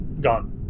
gone